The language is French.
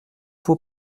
faut